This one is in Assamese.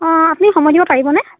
অ' আপুনি সময় দিব পাৰিবনে